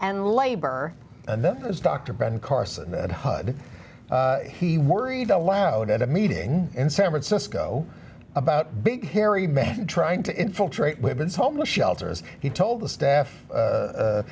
and labor and this is dr ben carson that hud he worried aloud at a meeting in san francisco about big hairy man trying to infiltrate women's homeless shelters he told the staff